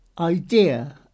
idea